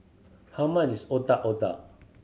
how much is Otak Otak